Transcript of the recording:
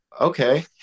okay